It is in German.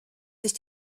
sich